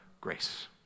grace